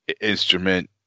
instrument